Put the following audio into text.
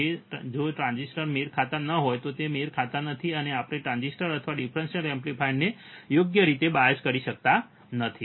તેથી જો ટ્રાન્ઝિસ્ટર મેળ ખાતા ન હોય તો તે મેળ ખાતા નથી તો આપણે ટ્રાન્ઝિસ્ટર અથવા ડિફરન્સીઅલ એમ્પ્લીફાયરને યોગ્ય રીતે બાયસ કરી શકતા નથી